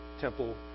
temple